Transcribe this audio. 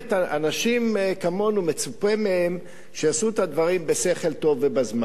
אנשים כמונו מצופה מהם שיעשו את הדברים בשכל טוב ובזמן.